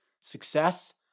success